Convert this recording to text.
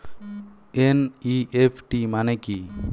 NEFT মনে কি?